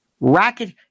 racket